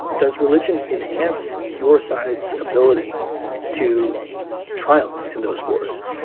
does religion enhance your side's ability to triumph in those wars?